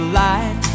light